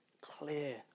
clear